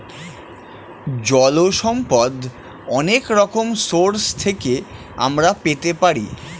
জল সম্পদ অনেক রকম সোর্স থেকে আমরা পেতে পারি